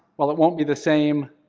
while it won't be the same,